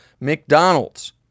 McDonald's